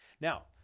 Now